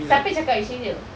siapa cakap macam gitu